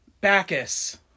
Bacchus